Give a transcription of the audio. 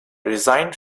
resigned